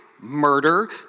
murder